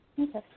Okay